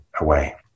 away